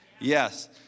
Yes